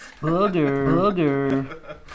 Booger